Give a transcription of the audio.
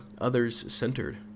others-centered